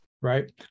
Right